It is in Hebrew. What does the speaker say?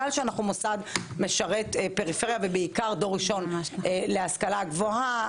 שאנחנו מוסד שמשרת את הפריפריה ובעיקר דור ראשון להשכלה גבוהה,